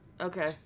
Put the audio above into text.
Okay